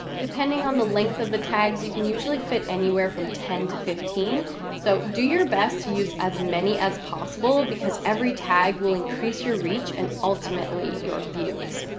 depending on the length of the tags, you can usually fit anywhere from ten to fifteen so do your best to use as many as possible because every tag will increase your reach and ultimately your views.